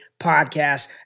podcast